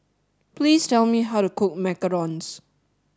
please tell me how to cook Macarons